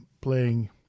playing